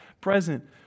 present